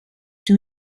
two